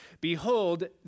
behold